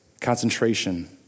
concentration